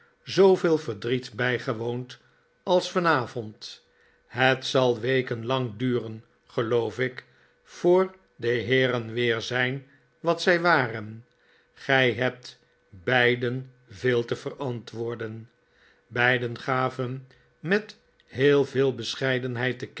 zooveel verdriet bijgewoond als vanavond het zal weken lang duren geloof ik voor de heeren weer zijn wat zij waren gij hebt beiden veel te verantwoorden beiden gaven met heel veel bescheidenheid